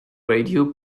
radio